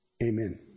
Amen